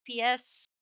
FPS